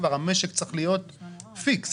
המשק צריך להיות פיקס,